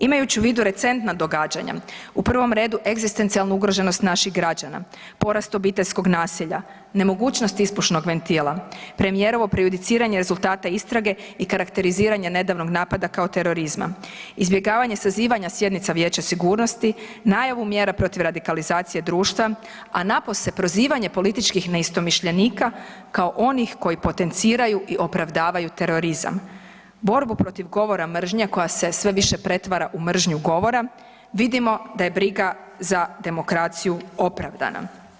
Imajući u vidu recentna događanja u prvom redu egzistencijalnu ugroženost naših građana, porast obiteljskog nasilja, nemogućnost ispušnog ventila, premijerovo prejudiciranje rezultata istrage i karakteriziranje nedavnog napada kao terorizma, izbjegavanje sazivanja sjednica vijeća sigurnosti, najavu mjera protiv radikalizacije društva, a napose prozivanje političkih neistomišljenika kao onih koji potenciraju i opravdavaju terorizam, borbu protiv govora mržnje koja se sve više pretvara u mržnju govora, vidimo da je briga za demokraciju opravdana.